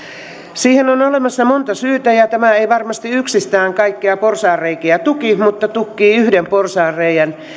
siihen on olemassa monta syytä ja tämä ei varmasti yksistään kaikkia porsaanreikiä tuki mutta tukkii yhden porsaanreiän